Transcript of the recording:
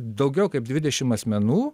daugiau kaip dvidešim asmenų